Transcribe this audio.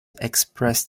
expressed